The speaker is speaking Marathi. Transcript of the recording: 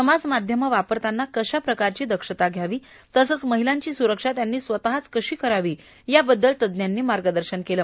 समाजमाध्यमं वापरताना कशाप्रकारची दक्षता घ्यावी तसंच महिलांची स्रुरक्षा त्यांनी स्वतःहा कशी करावी याबद्दल तज्ञांनी मार्गदर्शन केलं